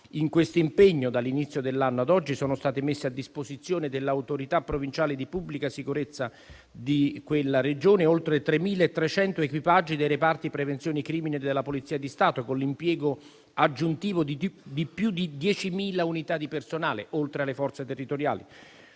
In questo impegno, dall'inizio dell'anno ad oggi, sono stati messi a disposizione dell'autorità provinciale di pubblica sicurezza di quella Regione oltre 3.300 equipaggi dei reparti prevenzione crimine della Polizia di Stato, con l'impiego aggiuntivo di più di 10.000 unità di personale, oltre alle forze territoriali.